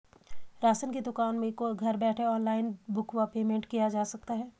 Ration की दुकान में घर बैठे ऑनलाइन बुक व पेमेंट किया जा सकता है?